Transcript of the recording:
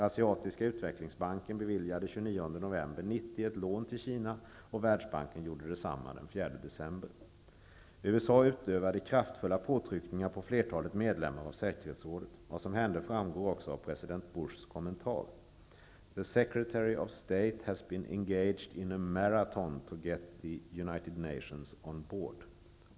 Asiatiska utvecklingsbanken beviljade den 29 november 1990 ett lån till Kina, och Världsbanken gjorde detsamma den 4 USA utövade kraftfulla påtryckningar på flertalet medlemmar av säkerhetsrådet. Vad som hände framgår också av Bushs kommentar: ''The Secretary of State has been engaged in a marathon to get the United Nations on board.''